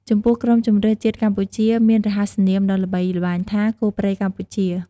ចំពោះក្រុមជម្រើសជាតិកម្ពុជាមានរហស្សនាមដ៏ល្បីល្បាញថា "គោព្រៃកម្ពុជា"។